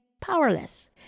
powerless